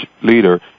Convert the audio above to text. leader